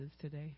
today